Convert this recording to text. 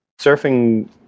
Surfing